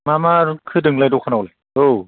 मा मा होदों नोंलाय दखानावलाय औ